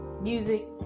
music